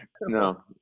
No